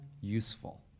useful